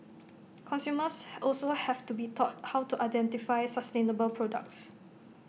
consumers also have to be taught how to identify sustainable products